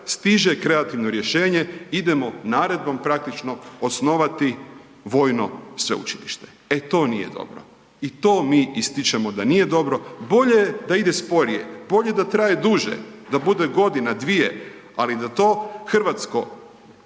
stiže kreativno rješenje idemo naredbom praktično osnovati vojno sveučilište. E to nije dobro. I to mi ističemo da nije dobro. Bolje je da ide sporije. Bolje da traje duže, da bude godina, dvije, ali da to Hrvatsko